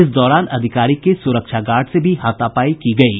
इस दौरान अधिकारी के सुरक्षा गार्ड से भी हाथपाई की गयी